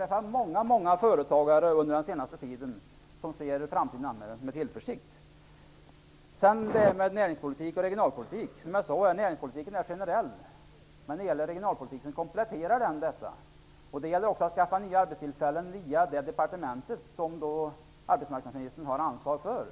Jag har under den senaste tiden träffat många företagare som ser framtiden an med tillförsikt. Som jag sade är näringspolitiken mer generell medan regionalpolitiken kompletterar denna. Det gäller att skaffa nya arbetstillfällen via det departement som arbetsmarknadsministern har ansvar för.